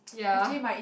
ya